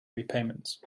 repayments